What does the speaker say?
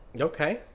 Okay